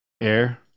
Air